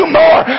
more